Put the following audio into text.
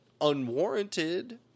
unwarranted